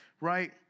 right